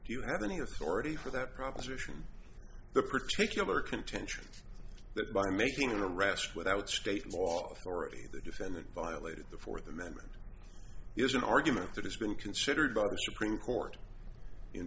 do you have any authority for that proposition or the particular contention that by making the rest without state law already the defendant violated the fourth amendment is an argument that has been considered by the supreme court in